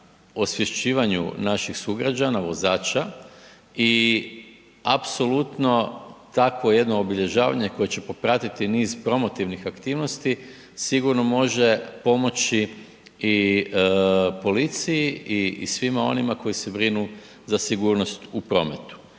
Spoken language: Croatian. osvješćivanju naših sugrađana, vozača i apsolutno takvo jedno obilježavanje koje će popratiti niz promotivnih aktivnosti sigurno može pomoći i policiji i svima onima koji se brinu za sigurnost u prometu.